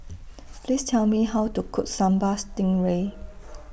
Please Tell Me How to Cook Sambal Stingray